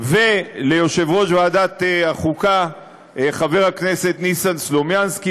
וליושב-ראש ועדת החוקה חבר הכנסת ניסן סלומינסקי,